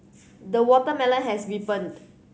the watermelon has